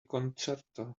concerto